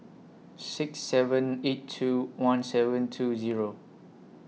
six seven eight two one seven two Zero